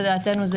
לדעתנו,